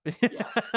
Yes